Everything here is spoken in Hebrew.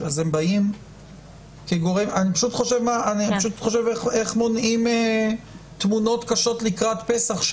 אני פשוט חושב איך מונעים תמונות קשות לקראת פסח,